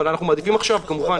אנחנו מעדיפים עכשיו כמובן.